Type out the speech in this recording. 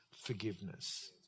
forgiveness